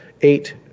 eight